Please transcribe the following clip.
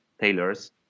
tailors